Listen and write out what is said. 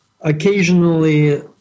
occasionally